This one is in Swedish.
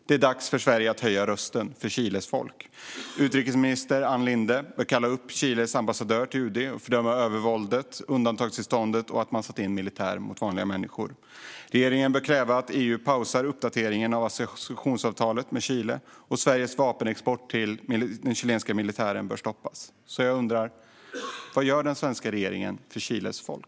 Det är dags för Sverige att höja rösten för Chiles folk. Utrikesminister Ann Linde bör kalla upp Chiles ambassadör till UD och fördöma övervåldet och undantagstillståndet och att man har satt in militär mot vanliga människor. Regeringen bör kräva att EU pausar uppdateringen av associationsavtalet med Chile. Och Sveriges vapenexport till den chilenska militären bör stoppas. Vad gör den svenska regeringen för Chiles folk?